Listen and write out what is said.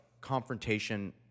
confrontation